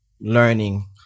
learning